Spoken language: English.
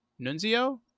Nunzio